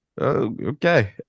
Okay